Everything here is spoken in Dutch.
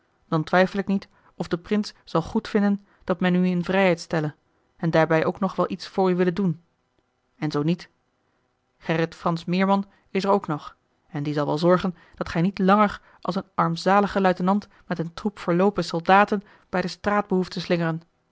dan twijfel ik niet of de prins zal goedvinden dat men u in vrijheid stelle en daarbij ook nog wel iets voor u willen doen en zoo niet gerrit fransz meerman is er ook nog en die zal wel zorgen dat gij niet langer als een armzalige luitenant met een troep verloopen soldaten bij de straat behoeft te slingeren